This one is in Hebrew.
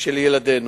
של ילדינו.